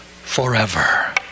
forever